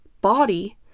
body